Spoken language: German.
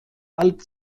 alt